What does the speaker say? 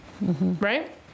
Right